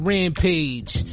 Rampage